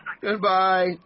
Goodbye